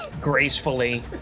Gracefully